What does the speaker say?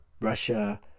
Russia